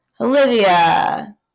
Olivia